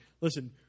listen